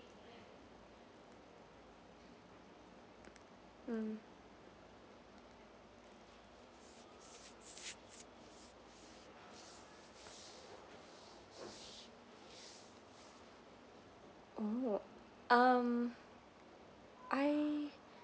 mm oh um I